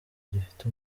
gifite